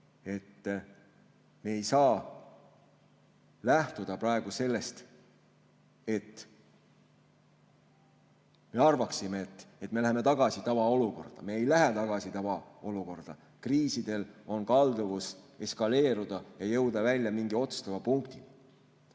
Me ei saa lähtuda praegu sellest, me ei saa arvata, et me läheme tagasi tavaolukorda. Me ei lähe tagasi tavaolukorda. Kriisidel on kalduvus eskaleeruda ja jõuda välja mingi otsustava